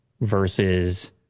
versus